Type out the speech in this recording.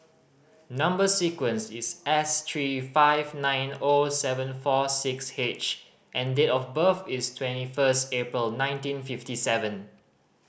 number sequence is S three five nine O seven four six H and date of birth is twenty first April nineteen fifty seven